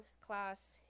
class